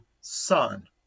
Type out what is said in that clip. Son